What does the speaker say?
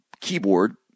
keyboard